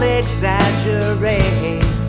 exaggerate